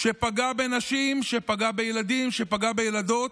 אשר פגע בנשים, פגע בילדים, פגע בילדות,